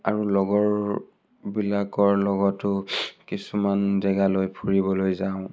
আৰু লগৰবিলাকৰ লগতো কিছুমান জেগালৈ ফুৰিবলৈ যাওঁ